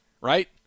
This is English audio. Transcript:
right